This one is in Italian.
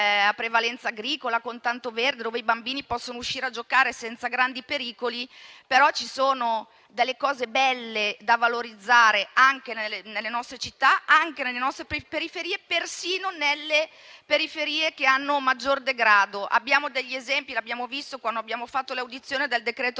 a prevalenza agricola, con tanto verde, dove i bambini possono uscire a giocare senza grandi pericoli, ci sono però delle cose belle da valorizzare anche nelle nostre città e nelle loro periferie, persino in quelle che vivono un maggior degrado. Abbiamo degli esempi - come abbiamo visto quando abbiamo fatto le audizioni del decreto